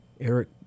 Eric